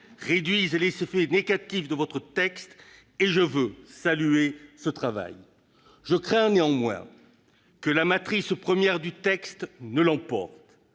réduisent les effets négatifs de votre texte, et je veux saluer cet excellent travail. Je crains néanmoins que la matrice première du texte ne l'emporte.